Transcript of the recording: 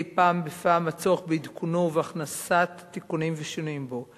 פעם בפעם הצורך בעדכונו ובהכנסת תיקונים ושינויים בו,